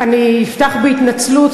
אני אפתח בהתנצלות,